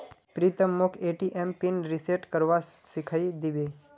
प्रीतम मोक ATM PIN reset करवा सिखइ दी बे